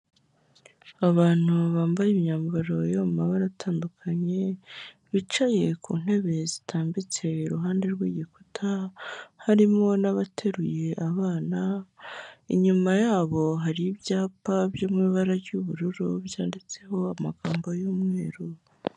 Abantu bambaye imyambaro yo mu mabara atandukanye bicaye ku ntebe zitambitse iruhande rw'igikuta, harimo n'abateruye abana, inyuma yabo hari ibyapa byo mu ibara ry'ubururu byanditseho amagambo y'umweru.